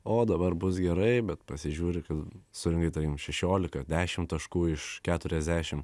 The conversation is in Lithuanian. o dabar bus gerai bet pasižiūri kad surinkai tai šešiolika dešim taškų iš keturiasdešim